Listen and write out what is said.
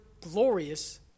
glorious